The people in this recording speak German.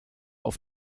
auf